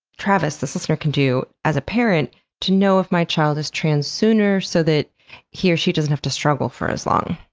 travis, this listener, can do as a parent to know if my child is trans sooner so that he or she doesn't have to struggle for as long?